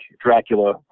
Dracula